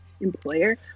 employer